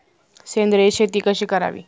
सेंद्रिय शेती कशी करावी?